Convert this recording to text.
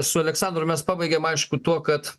su aleksandru mes pabaigėm aišku tuo kad